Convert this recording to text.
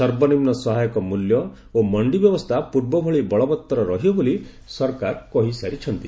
ସର୍ବନିମ୍ନ ସହାୟକ ମୁଲ୍ୟ ଓ ମଣ୍ଡି ବ୍ୟବସ୍ଥା ପୂର୍ବଭଳି ବଳବତ୍ତର ରହିବ ବୋଲି ସରକାର କହିସାରିଛନ୍ତି